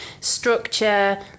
structure